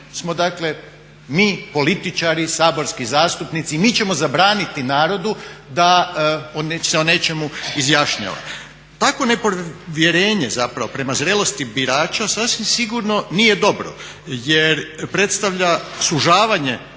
dozvoliti. Mi političari, saborski zastupnici, mi ćemo zabraniti narodu da se o nečemu izjašnjava. Takvo nepovjerenje zapravo prema zrelosti birača sasvim sigurno nije dobro jer predstavlja sužavanje